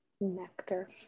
nectar